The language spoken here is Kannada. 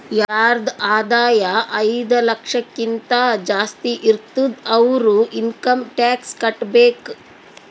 ಯಾರದ್ ಆದಾಯ ಐಯ್ದ ಲಕ್ಷಕಿಂತಾ ಜಾಸ್ತಿ ಇರ್ತುದ್ ಅವ್ರು ಇನ್ಕಮ್ ಟ್ಯಾಕ್ಸ್ ಕಟ್ಟಬೇಕ್